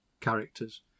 characters